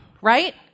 right